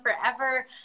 forever